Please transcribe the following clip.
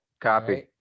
Copy